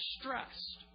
stressed